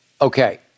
Okay